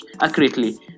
accurately